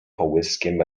połyskiem